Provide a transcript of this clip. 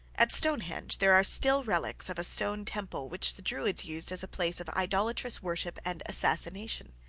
at stonehenge there are still relics of a stone temple which the druids used as a place of idolatrous worship and assassination.